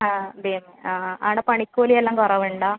ആ അതെയോ ആ അവിടെ പണിക്കൂലിയെല്ലാം കുറവുണ്ടോ